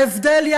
ההבדל,